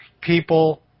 people